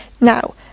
Now